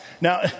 Now